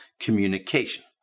communication